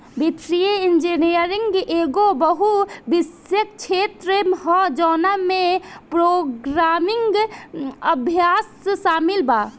वित्तीय इंजीनियरिंग एगो बहु विषयक क्षेत्र ह जवना में प्रोग्रामिंग अभ्यास शामिल बा